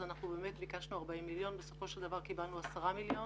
אנחנו באמת ביקשנו 40 מיליון שקלים ובסופו של דבר קיבלנו 10 מיליון